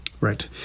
Right